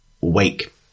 wake